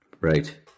right